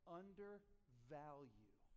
undervalue